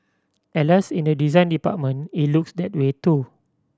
Alas in the design department it looks that way too